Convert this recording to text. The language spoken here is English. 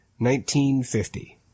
1950